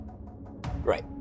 Right